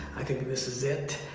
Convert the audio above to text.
i think this is it.